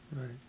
Right